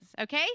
Okay